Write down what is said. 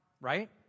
right